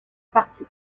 partie